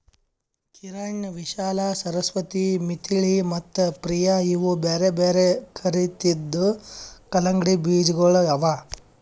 ಕಿರಣ್, ವಿಶಾಲಾ, ಸರಸ್ವತಿ, ಮಿಥಿಳಿ ಮತ್ತ ಪ್ರಿಯ ಇವು ಬ್ಯಾರೆ ಬ್ಯಾರೆ ರೀತಿದು ಕಲಂಗಡಿ ಬೀಜಗೊಳ್ ಅವಾ